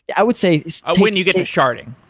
i would say when you get to sharding.